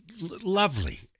lovely